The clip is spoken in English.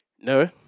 No